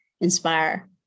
inspire